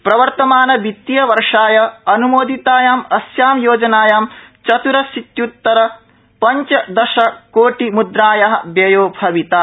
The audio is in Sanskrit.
प्रवर्तमानवित्तीयवर्षाय अन्मोदितायाम् अस्यां योजनायां चत्रशीत्युत्तर पंचदश कोटि मुद्राया व्ययो भविता